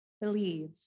Believe